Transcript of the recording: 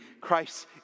Christ